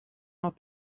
not